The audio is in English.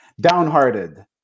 downhearted